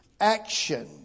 action